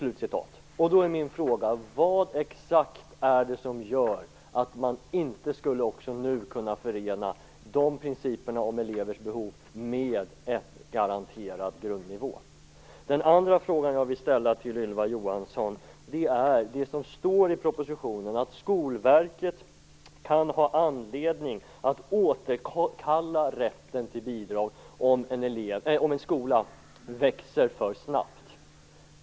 Min första fråga är: Vad exakt är det som gör att man inte också nu skulle kunna förena dessa principer om elevers behov med en garanterad grundnivå? Min andra fråga till Ylva Johansson gäller det som står i propositionen om att Skolverket kan ha anledning att återkalla rätten till bidrag om en skola växer för snabbt.